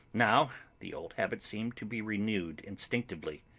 now, the old habit seemed to be renewed instinctively.